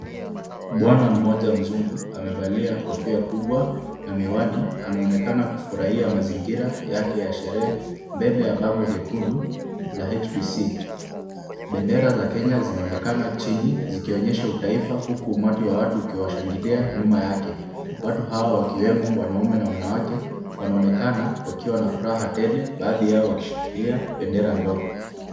Bwana mmoja mzungu, amevalia kofia kubwa na miwani anaonekana kufurahia mazingira yake ya sherehe, mbele ya bango jekundu la HBC. Bendera za Kenya zinaonekana chini, zikionyesha utaifa huku umati wa watu ukiwashangilia nyuma yake. Watu hawa wakiwemo wanaume na wanawake wanaonekana wakiwa na furaha tele baadhi yao wakishikilia bendera ndogo.